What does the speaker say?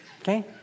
Okay